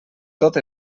tot